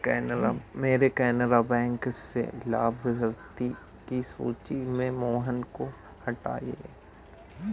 मेरे केनरा बैंक से लाभार्थियों की सूची से मोहन को हटाइए